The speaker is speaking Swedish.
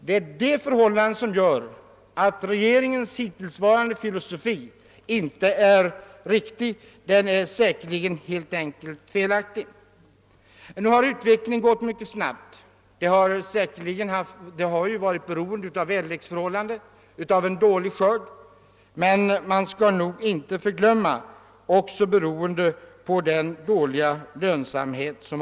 Det är det förhållandet som gör att regeringens hittillsvarande filosofi inte är riktig; den är säkerligen helt felaktig. Nu har utvecklingen gått mycket snabbt. Detta har berott på väderleksförhållanden och därav en dålig skörd. Men man bör nog inte glömma bort att det också berott på den dåliga lönsamheten.